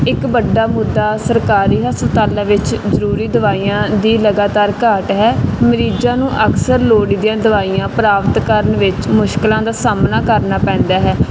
ਇੱਕ ਵੱਡਾ ਮੁੱਦਾ ਸਰਕਾਰੀ ਹਸਪਤਾਲਾਂ ਵਿੱਚ ਜ਼ਰੂਰੀ ਦਵਾਈਆਂ ਦੀ ਲਗਾਤਾਰ ਘਾਟ ਹੈ ਮਰੀਜ਼ਾਂ ਨੂੰ ਅਕਸਰ ਲੋੜੀਦੀਆਂ ਦਵਾਈਆਂ ਪ੍ਰਾਪਤ ਕਰਨ ਵਿੱਚ ਮੁਸ਼ਕਲਾਂ ਦਾ ਸਾਹਮਣਾ ਕਰਨਾ ਪੈਂਦਾ ਹੈ